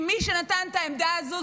מי שנתן את העמדה הזו,